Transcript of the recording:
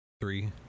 Three